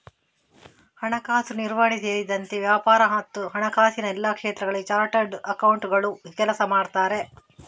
ಹಣಕಾಸು ನಿರ್ವಹಣೆ ಸೇರಿದಂತೆ ವ್ಯಾಪಾರ ಮತ್ತು ಹಣಕಾಸಿನ ಎಲ್ಲಾ ಕ್ಷೇತ್ರಗಳಲ್ಲಿ ಚಾರ್ಟರ್ಡ್ ಅಕೌಂಟೆಂಟುಗಳು ಕೆಲಸ ಮಾಡುತ್ತಾರೆ